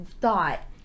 thought